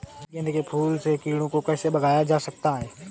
गेंदे के फूल से कीड़ों को कैसे भगाया जा सकता है?